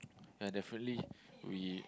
ya definitely we